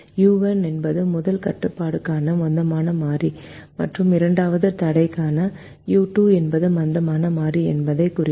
U1 என்பது முதல் கட்டுப்பாட்டுக்கான மந்தமான மாறி மற்றும் இரண்டாவது தடைக்கான u2 என்பது மந்தமான மாறி என்பதைக் குறிக்க